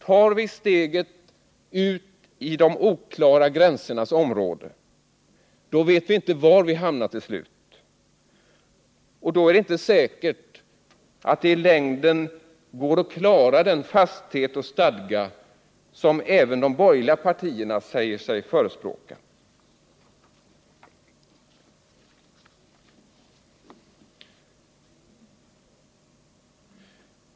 Tar vi steget ut i de oklara gränsernas område vet vi inte var vi hamnar till slut, och då är det inte säkert att det i längden går att klara den fasthet och stadga som även de borgerliga partierna säger sig vara för.